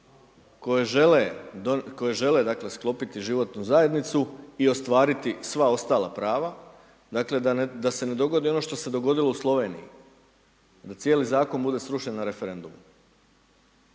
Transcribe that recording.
koje žele dakle sklopiti životnu zajednicu i ostvariti sva ostala prava, dakle da se ne dogodi ono što se dogodilo u Sloveniji, da cijeli Zakon bude srušen na referendumu.